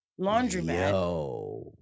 laundromat